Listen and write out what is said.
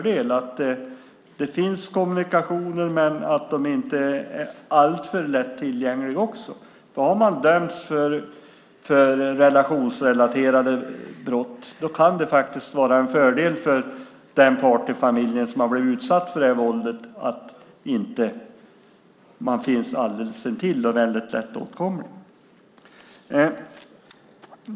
Det finns kommunikationer, men de är inte alltför lätt tillgängliga. Har någon dömts för relationsrelaterade brott kan det vara en fördel för den part i familjen som har blivit utsatt för våldet att man inte finns alldeles intill och lättåtkomligt.